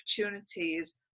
opportunities